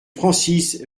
francis